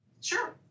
Sure